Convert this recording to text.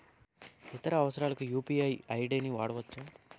ఇతర అవసరాలకు UPI ID వాడవచ్చా?